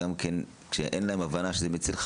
גם כן כשאין להם הבנה שזה מציל חיים,